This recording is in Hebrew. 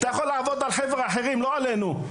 אתה יכול לעבוד על חבר'ה אחרים, לא עלינו.